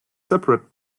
separate